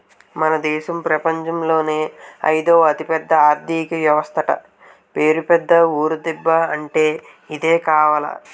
మన దేశం ప్రపంచంలోనే అయిదవ అతిపెద్ద ఆర్థిక వ్యవస్థట పేరు పెద్ద ఊరు దిబ్బ అంటే ఇదే కావాల